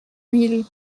mille